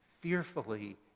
fearfully